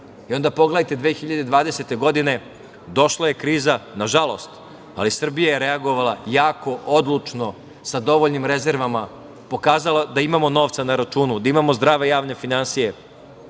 i onda pogledajte 2020. godine – došla je kriza, nažalost, ali Srbija je reagovala jako odlučno sa dovoljnim rezervama, pokazala da imamo novca na računu, da imamo zdrave javne finansije,